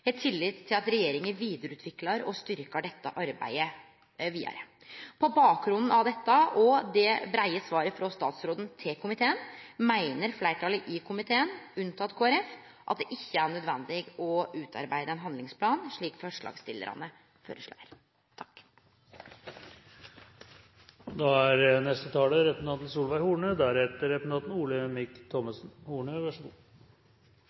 har tillit til at regjeringa vidareutviklar og styrkjer dette arbeidet vidare. På bakgrunn av dette og det breie svaret frå statsråden til komiteen meiner fleirtalet i komiteen, unntatt Kristeleg Folkeparti, at det ikkje er nødvendig å utarbeide ein handlingsplan, slik forslagsstillarane føreslår. Det er